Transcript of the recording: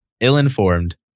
Ill-informed